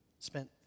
Spent